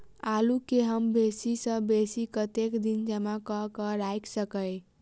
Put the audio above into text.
आलु केँ हम बेसी सऽ बेसी कतेक दिन जमा कऽ क राइख सकय